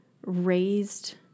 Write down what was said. raised